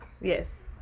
Yes